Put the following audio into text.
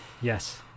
Yes